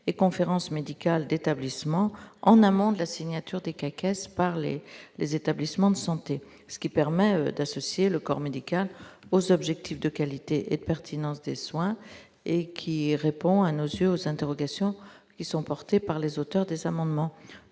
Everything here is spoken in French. et conférences médicales d'établissement en amont de la signature des caisses parler les établissements de santé, ce qui permet d'associer le corps médical aux objectifs de qualité et pertinence des soins et qui répond à nos yeux, aux interrogations qui sont portés par les auteurs des amendements